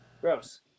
Gross